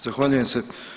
Zahvaljujem se.